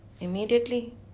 immediately